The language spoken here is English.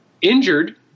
injured